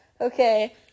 okay